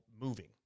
moving